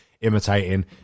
imitating